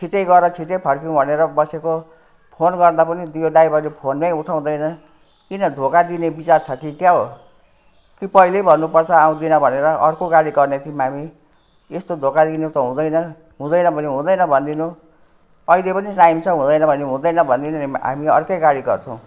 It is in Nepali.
छिटै गएर छिटै फर्किऔँ भनेर बसेको फोन गर्दा पनि यो ड्राइभरले फोनै उठाउँदैन किन धोका दिने विचार छ कि क्या हो कि पहिल्यै भन्नुपर्छ आउँदिन भनेर अर्को गाडी गर्ने थियौँ हामी यस्तो धोका दिनु त हुँदैन हुँदैन भने हुँदैन भन्दिनु अहिले पनि टाइम छ हुँदैन भने हुँदैन भन्दिनु हामी अर्कै गाडी गर्छौँ